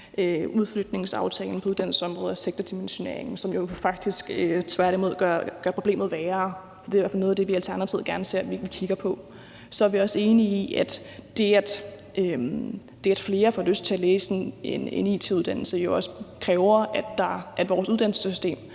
udflytningsaftalen på uddannelsesområdet og sektordimensioneringen, som jo faktisk tværtimod gør problemet værre. Det er i hvert fald noget af det, vi i Alternativet gerne ser at vi kigger på. Så er vi også enige i, at det at flere får lyst til at tage en it-uddannelse, jo også kræver, at vores uddannelsessystem